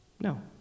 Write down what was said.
No